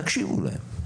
תקשיבו להם.